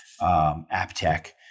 AppTech